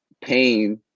pain